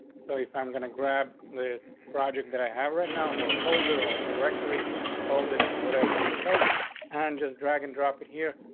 so if i'm gonna grab this project that i have right now, we're folder or directory called this whatever you would like and just drag and drop it here.